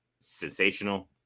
sensational